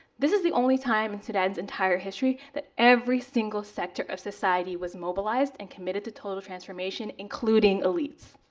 this is the only time in sudan's entire history that every single sector of society was mobilized and committed to total transformation, including elites,